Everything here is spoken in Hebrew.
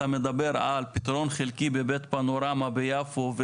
אתה מדבר על פתרון חלקי בבית פנורמה ביפו,